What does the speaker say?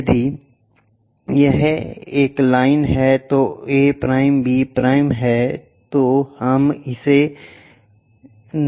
यदि यह एक लाइन A' B है तो हम इसे नोट करेंगे